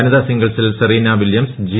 വനിതാ സിംഗിൾസിൽ Serena Williams G